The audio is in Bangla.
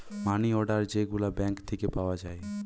মানি অর্ডার যে গুলা ব্যাঙ্ক থিকে পাওয়া যায়